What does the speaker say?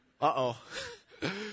uh-oh